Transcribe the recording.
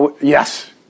Yes